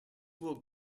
will